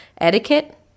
Etiquette